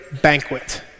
banquet